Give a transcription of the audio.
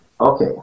Okay